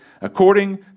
according